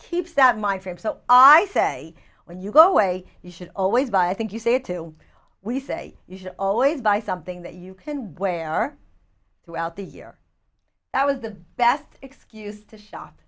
keeps that mindframe so i say when you go away you should always buy i think you say to we say you should always buy something that you can wear throughout the year that was the best excuse to shop